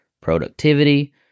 productivity